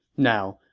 now,